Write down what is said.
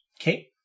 Okay